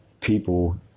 people